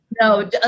No